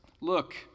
look